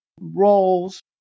roles